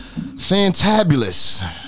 fantabulous